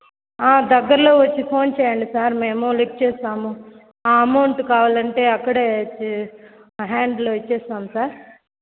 దగ్గరలో వచ్చి మీరు ఫోన్ చేయండి సార్ మేము లిఫ్ట్ చేస్తాము అమౌంట్ కావాలంటే అక్కడే హ్యాండ్లో ఇచ్చేస్తాము సార్